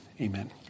amen